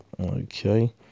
okay